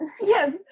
yes